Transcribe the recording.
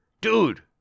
dude